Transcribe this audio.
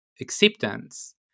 acceptance